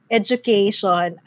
education